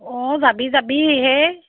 অঁ যাবি যাবি সেই